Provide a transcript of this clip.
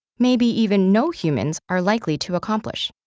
maybe even no humans, are likely to accomplish.